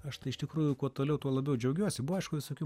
aš iš tikrųjų kuo toliau tuo labiau džiaugiuosi buvo aišku visokių